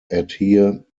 adhere